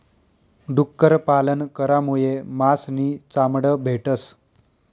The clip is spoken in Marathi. डुक्कर पालन करामुये मास नी चामड भेटस